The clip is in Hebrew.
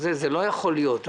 זה לא יכול להיות.